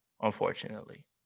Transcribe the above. unfortunately